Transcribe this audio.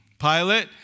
Pilate